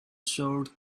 sword